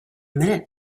minute